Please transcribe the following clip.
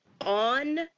on